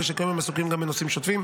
הרי שכיום הם עוסקים גם בנושאים שוטפים,